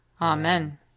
Amen